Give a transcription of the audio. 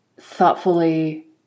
thoughtfully